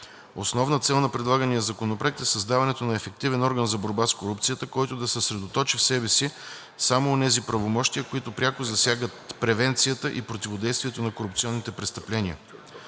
Основната цел на предлагания законопроект е създаването на ефективен орган за борба с корупцията, който да съсредоточи в себе си само онези правомощия, които пряко засягат превенцията и противодействието на корупционните престъпления.